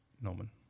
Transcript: Norman